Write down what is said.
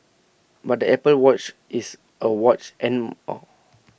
but the Apple watch is A watch and more